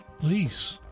Please